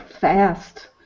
fast